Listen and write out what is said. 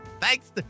Thanks